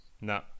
No